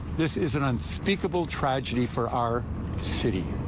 this is an unspeakable tragedy for our city.